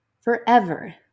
forever